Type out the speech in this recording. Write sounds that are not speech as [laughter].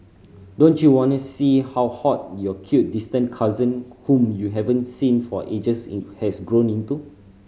don't you wanna see how hot your cute distant cousin whom you haven't seen for ages [unintelligible] has grown into